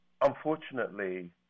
unfortunately